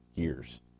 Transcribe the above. years